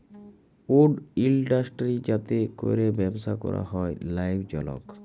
would industry যাতে ক্যরে ব্যবসা ক্যরা হ্যয় লাভজলক